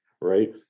Right